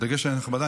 בדגש על נכבדה,